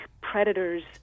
predators